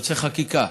יועצי חקיקה,